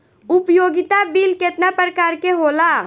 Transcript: उपयोगिता बिल केतना प्रकार के होला?